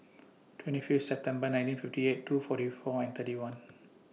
twenty Fifth September nineteen fifty eight two forty four and thirty one